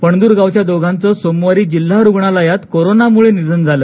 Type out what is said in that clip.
पणद्र गावच्या दोघांचं सोमवारी जिल्हा रुग्णालयात कोरोनामुळे निधन झालं